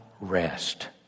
rest